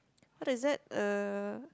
what is that uh